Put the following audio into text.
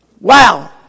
Wow